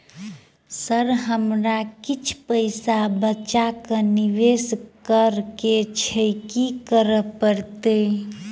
Sir हमरा किछ पैसा बचा कऽ निवेश करऽ केँ छैय की करऽ परतै?